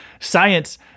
science